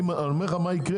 אני אומר לך מה יקרה,